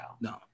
No